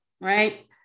Right